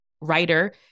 writer